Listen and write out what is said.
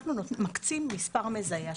אנחנו מקצים מספר מזהה.